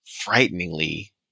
frighteningly